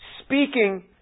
speaking